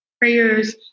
prayers